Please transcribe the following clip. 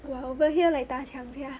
well over here like 打枪 sia